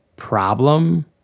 problem